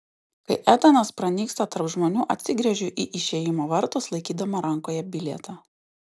kai etanas pranyksta tarp žmonių atsigręžiu į išėjimo vartus laikydama rankoje bilietą